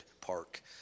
Park